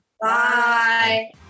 Bye